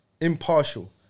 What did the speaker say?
Impartial